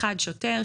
(1)שוטר,